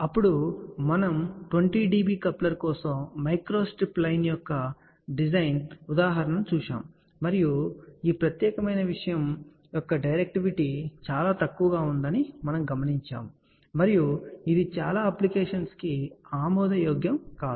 అప్పుడు మనము 20 dB coupler కోసం మైక్రోస్ట్రిప్ లైన్ యొక్క డిజైన్ ఉదాహరణను చూశాము మరియు ఈ ప్రత్యేకమైన విషయం యొక్క డైరెక్టివిటీ చాలా తక్కువగా ఉందని మనము గమనించాము మరియు ఇది చాలా అప్లికేషన్స్ కు ఆమోదయోగ్యం కాదు